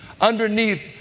underneath